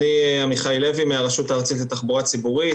אני עמיחי לוי מהרשות הארצית לתחבורה ציבורית,